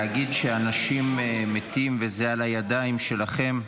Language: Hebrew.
-- להגיד: אנשים מתים וזה על הידיים שלכם,